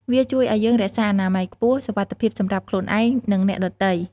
វាជួយឱ្យយើងរក្សាអនាម័យខ្ពស់ សុវត្ថិភាពសម្រាប់ខ្លួនឯង និងអ្នកដទៃ។